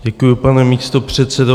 Děkuji, pane místopředsedo.